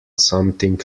something